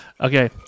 Okay